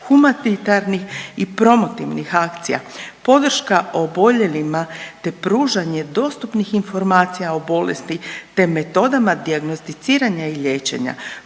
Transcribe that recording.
humanitarnih i promotivnih akcija, podrška oboljelima te pružanje dostupnih informacija o bolesti te metodama dijagnosticiranja i liječenja,